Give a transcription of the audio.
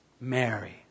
Mary